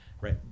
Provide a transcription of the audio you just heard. right